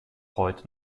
heute